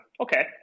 Okay